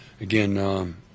again